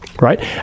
Right